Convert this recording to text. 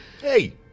Hey